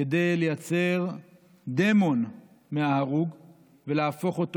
כדי לייצר דמון מההרוג ולהפוך אותו